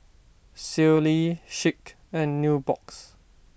Sealy Schick and Nubox